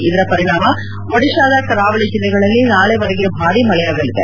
ಇದರ ಪರಿಣಾಮ ಒಡಿಶಾದ ಕರಾವಳಿ ಜಿಲ್ಲೆಗಳಲ್ಲಿ ನಾಳೆವರೆಗೆ ಭಾರಿ ಮಳೆಯಾಗಲಿದೆ